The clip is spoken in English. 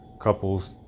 couples